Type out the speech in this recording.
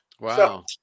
Wow